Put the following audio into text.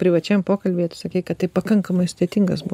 privačiam pokalbyje tu sakei kad tai pakankamai sudėtingas buvo